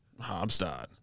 Hobstad